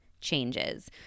changes